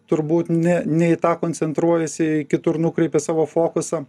turbūt ne ne į tą koncentruojasi į kitur nukreipė savo fokusą